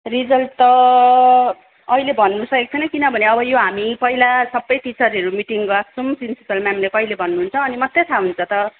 result त अहिले भन्नुसकेको छैन किनभने अब यो हामी पहिला सबै टिचरहरू मिटिङ राख्छौँ प्रिन्सिपल म्यामले कहिले भन्नुहुन्छ अनि मात्रै थाहा हुन्छ त